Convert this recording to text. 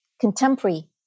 contemporary